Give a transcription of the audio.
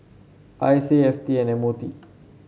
I C A F T and M O T